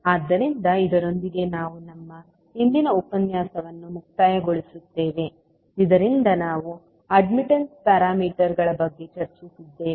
ಆದ್ದರಿಂದ ಇದರೊಂದಿಗೆ ನಾವು ನಮ್ಮ ಇಂದಿನ ಉಪನ್ಯಾಸವನ್ನು ಮುಕ್ತಾಯ ಗೊಳಿಸುತ್ತೇವೆ ಇದರಲ್ಲಿ ನಾವು ಅಡ್ಮಿಟ್ಟನ್ಸ್ ಪ್ಯಾರಾಮೀಟರ್ಗಳ ಬಗ್ಗೆ ಚರ್ಚಿಸಿದ್ದೇವೆ